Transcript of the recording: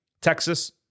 Texas